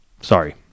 Sorry